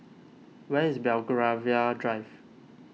where is Belgravia Drive